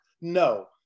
No